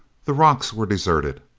the rocks were deserted.